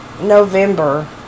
November